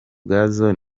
ubwazo